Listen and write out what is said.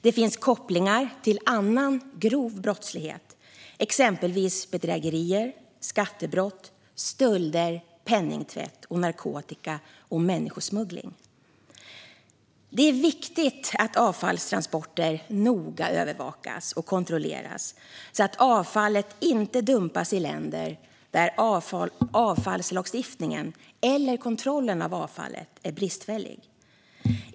Det finns kopplingar till annan grov brottslighet, exempelvis bedrägerier, skattebrott, stölder, penningtvätt och narkotika och människosmuggling. Det är viktigt att avfallstransporter noga övervakas och kontrolleras så att avfallet inte dumpas i länder där avfallslagstiftningen eller kontrollen av avfallet är bristfällig.